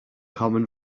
common